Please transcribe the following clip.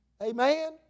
Amen